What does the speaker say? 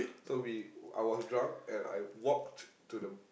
so we I was drunk and I walked to the